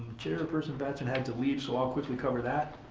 chairperson benson had to leave, so i'll quickly cover that.